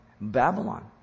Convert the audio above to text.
babylon